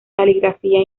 caligrafía